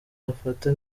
afata